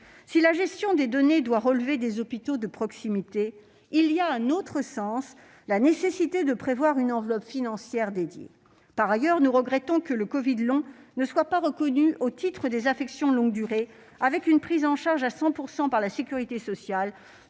si la gestion des données doit relever des hôpitaux de proximité, il est nécessaire de prévoir une enveloppe financière dédiée. Par ailleurs, nous regrettons que le covid long ne soit pas reconnu au titre des affections de longue durée, ce qui garantirait une prise en charge à 100 % par la sécurité sociale.